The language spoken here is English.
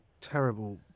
terrible